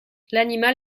l’animal